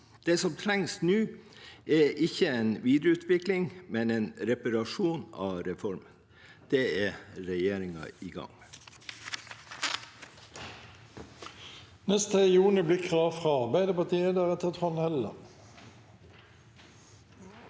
Det som trengs nå, er ikke en videreutvikling, men en reparasjon av reformen. Det er regjeringen i gang med.